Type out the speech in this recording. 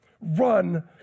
Run